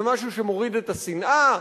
זה משהו שמוריד את השנאה?